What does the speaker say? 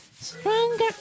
Stronger